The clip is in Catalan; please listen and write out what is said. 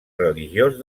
religiós